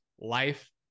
life